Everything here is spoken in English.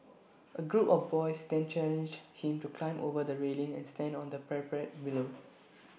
A group of boys then challenged him to climb over the railing and stand on the parapet below